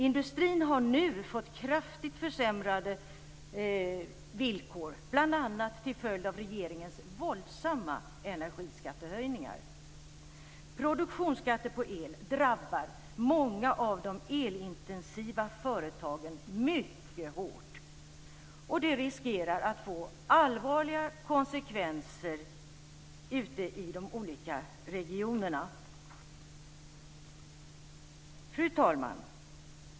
Industrin har nu fått kraftigt försämrade villkor, bl.a. till följd av regeringens våldsamma energiskattehöjningar. Produktionsskatter på el drabbar många av de elintensiva företagen mycket hårt. Det riskerar att få allvarliga konsekvenser ute i de olika regionerna. Fru talman!